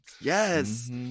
Yes